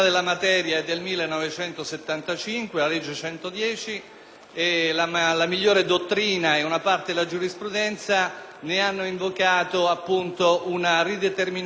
migliore e una parte della giurisprudenza ne hanno invocato una rideterminazione sul piano della tassatività della norma penale.